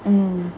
mm